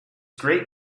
great